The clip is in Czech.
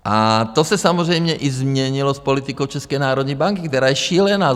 A to se samozřejmě i změnilo s politikou České národní banky, která je šílená.